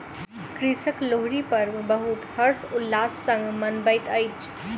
कृषक लोहरी पर्व बहुत हर्ष उल्लास संग मनबैत अछि